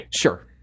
Sure